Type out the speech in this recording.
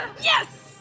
Yes